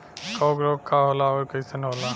कवक रोग का होला अउर कईसन होला?